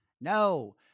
No